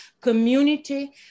community